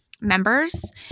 members